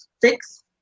six